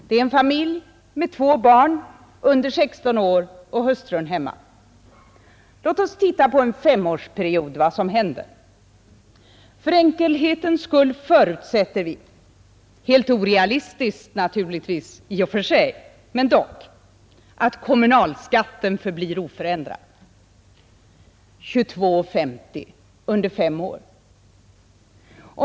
Det är en familj med två barn under 16 år och hustrun hemma. Låt oss se vad som händer under en femårsperiod. För enkelhetens skull förutsätter vi — helt orealistiskt naturligtvis i och för sig — att kommunalskatten förblir oförändrad, 22:50, under fem år.